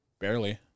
Barely